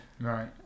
Right